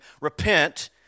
repent